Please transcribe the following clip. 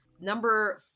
Number